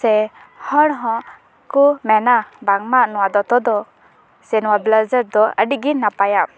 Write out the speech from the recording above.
ᱥᱮ ᱦᱚᱲ ᱦᱚᱸ ᱠᱚ ᱢᱮᱱᱟ ᱵᱟᱝ ᱢᱟ ᱱᱚᱣᱟ ᱫᱚᱛᱚ ᱫᱚ ᱥᱮ ᱱᱚᱣᱟ ᱵᱮᱞᱟᱡᱟᱨ ᱫᱚ ᱟᱹᱰᱤ ᱜᱮ ᱱᱟᱯᱟᱭᱟ